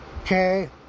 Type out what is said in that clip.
Okay